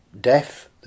Death